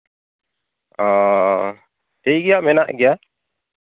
ᱚᱻ ᱴᱷᱤᱠ ᱜᱮᱭᱟ ᱢᱮᱱᱟᱜ ᱜᱮᱭᱟ